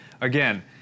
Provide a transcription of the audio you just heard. again